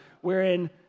wherein